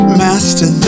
master